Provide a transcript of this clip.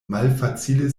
malfacile